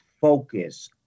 focus